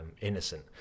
innocent